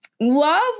love